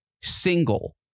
single